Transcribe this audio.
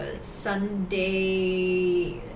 Sunday